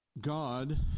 God